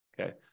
Okay